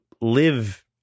live